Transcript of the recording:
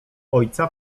ojca